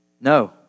No